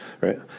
right